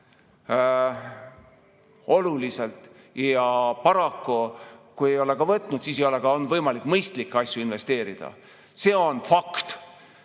võtnud ja paraku, kui ei ole võtnud, siis ei ole ka olnud võimalik mõistlikke asju investeerida. See on fakt.